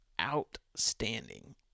outstanding